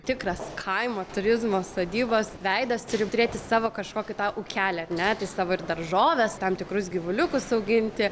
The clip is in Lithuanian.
tikras kaimo turizmo sodybos veidas turi turėti savo kažkokį tą ūkelį net ir savo ir daržoves tam tikrus gyvuliukus auginti